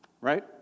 Right